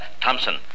Thompson